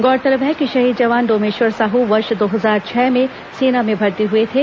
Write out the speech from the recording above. गौरतलब है कि शहीद जवान डोमेश्वर साहू वर्ष दो हजार छह में सेना में भर्ती हुए थे